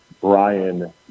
Brian